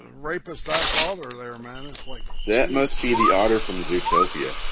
rapist i saw her there man. it's like that must be the order from zootopia